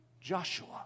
Joshua